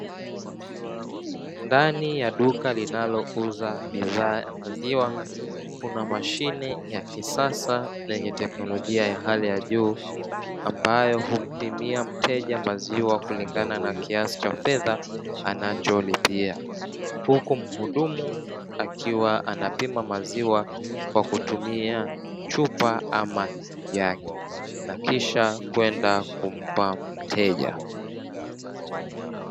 Ndani ya duka linalouza bidhaa ya maziwa kuna mashine ya kisasa na yenye teknolojia ya hali ya juu amabayo humpimia mteja maziwa kulingana na kiasi cha fedha anacholipia. Huku muhudumu akiwa anapima maziwa kwa kutumia chupa ama jagi na kisha kwenda kumpa mteja.